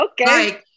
Okay